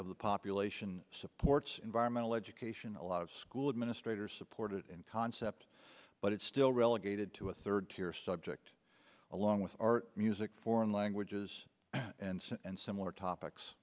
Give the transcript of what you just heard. of the population supports environmental education a lot of school administrators supported in concept but it's still relegated to a third tier subject along with art music foreign languages and similar topics